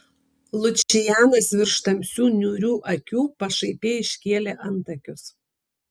lučianas virš tamsių niūrių akių pašaipiai iškėlė antakius